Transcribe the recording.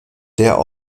der